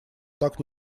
так